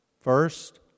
first